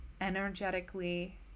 energetically